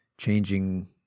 changing